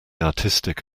artistic